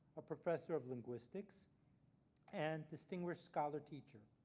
a professor of linguistics and distinguished scholar teacher.